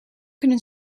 kunnen